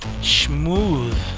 smooth